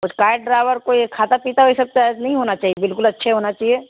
کچ card driver کوئی کھاتا پیتا وہی سب چز نہیں ہونا چاہیے بالکل اچھے ہونا چاہیے